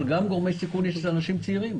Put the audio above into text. אבל יש גורמי סיכון גם לאנשים צעירים.